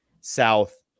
South